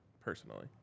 personally